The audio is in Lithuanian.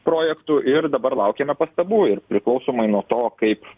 projektų ir dabar laukiame pastabų ir priklausomai nuo to kaip